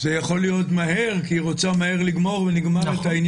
זה יכול להיות מהר כי רוצה מהר לגמור את העניין,